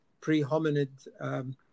pre-hominid